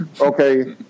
Okay